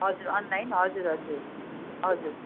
हजुर अनलाइन हजुर हजुर हजुर